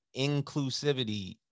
inclusivity